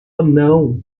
não